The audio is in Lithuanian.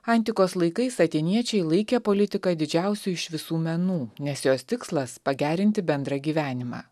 antikos laikais atėniečiai laikė politiką didžiausiu iš visų menų nes jos tikslas pagerinti bendrą gyvenimą